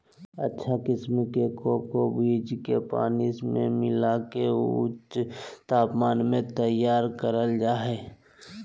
अच्छा किसम के कोको बीज के पानी मे मिला के ऊंच तापमान मे तैयार करल जा हय